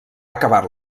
acabar